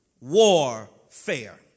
warfare